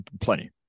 plenty